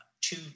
two